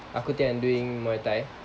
aku tengah doing muay thai